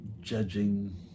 judging